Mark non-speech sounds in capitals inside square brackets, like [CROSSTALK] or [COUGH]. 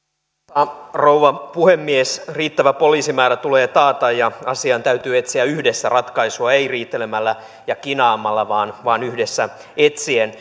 arvoisa rouva puhemies riittävä poliisimäärä tulee taata ja asiaan täytyy etsiä yhdessä ratkaisua ei riitelemällä ja kinaamalla vaan vaan yhdessä etsien [UNINTELLIGIBLE]